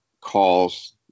calls